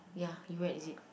ya you read is it